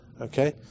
okay